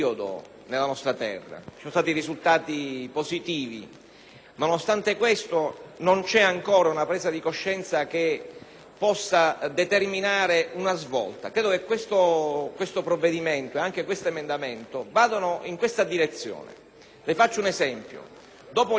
nonostante ciò non vi è ancora una presa di coscienza che possa determinare una svolta. Credo, pertanto, che questo provvedimento, come anche questo emendamento, vadano in questa direzione. Le cito un esempio: dopo gli arresti dei grandi boss e le ultime retate,